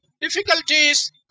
Difficulties